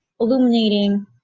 illuminating